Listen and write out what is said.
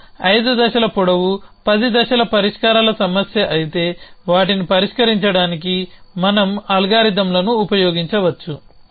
మీరు ఐదు దశల పొడవు పది దశల పరిష్కారాల సమస్య అయితే వాటిని పరిష్కరించడానికి మనం అల్గారిథమ్లను ఉపయోగించవచ్చు